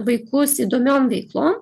vaikus įdomiom veiklom